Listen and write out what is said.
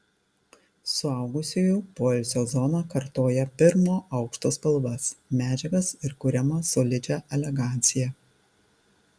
suaugusiųjų poilsio zona kartoja pirmo aukšto spalvas medžiagas ir kuriamą solidžią eleganciją